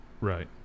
Right